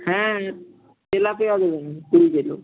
হ্যাঁ তেলাপিয়াগুলো